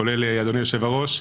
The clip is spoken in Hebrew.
כולל אדוני היושב-ראש,